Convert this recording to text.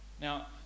Now